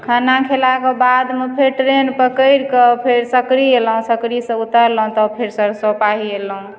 खाना खेलाके बादमे फेर ट्रे्न पकड़ि कऽ फेर सकरी अएलहुँ सकरीसँ उतरलहुँ तऽ फेर सरिसो पाही एलहुँ